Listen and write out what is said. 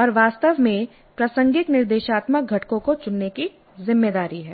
और वास्तव में प्रासंगिक निर्देशात्मक घटकों को चुनने की जिम्मेदारी है